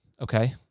Okay